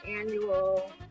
annual